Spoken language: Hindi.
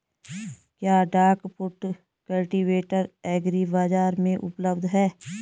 क्या डाक फुट कल्टीवेटर एग्री बाज़ार में उपलब्ध है?